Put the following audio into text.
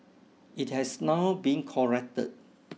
it has now been corrected